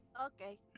Okay